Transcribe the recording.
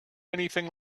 anything